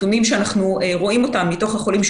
מהנתונים שהראינו כבר בוועדת החוקה,